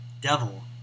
devil